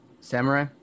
samurai